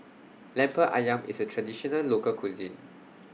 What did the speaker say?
Lemper Ayam IS A Traditional Local Cuisine